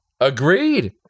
Agreed